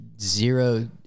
zero